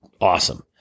awesome